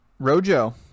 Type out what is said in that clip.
Rojo